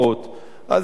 אז עם כל הכבוד,